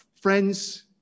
Friends